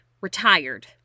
retired